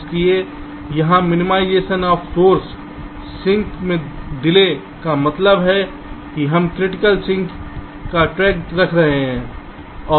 इसलिए यहाँ minimisation of source sink में देरी का मतलब है कि हम क्रिटिकल सिंक का ट्रैक रख रहे हैं